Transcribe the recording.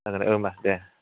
जागोन औ होनबा दे